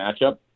matchup